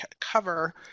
cover